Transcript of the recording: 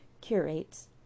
curates